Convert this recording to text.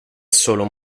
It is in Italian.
solo